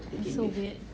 so weird